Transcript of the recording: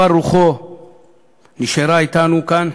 אבל רוחו נשארה אתנו כאן.